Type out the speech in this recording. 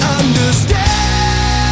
understand